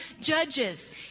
judges